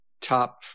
top